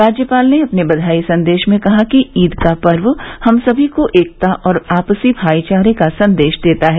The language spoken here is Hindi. राज्यपाल ने अपने बधाई संदेश में कहा कि ईद का पर्व हम सभी को एकता और आपसी भाईचारे का संदेश देता है